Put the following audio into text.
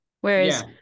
Whereas